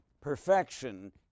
perfection